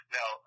Now